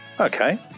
Okay